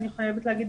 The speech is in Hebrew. אני חייבת להגיד,